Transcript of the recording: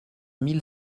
mille